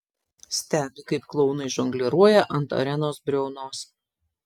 stebi kaip klounai žongliruoja ant arenos briaunos